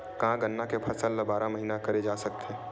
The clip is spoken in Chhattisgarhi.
का गन्ना के फसल ल बारह महीन करे जा सकथे?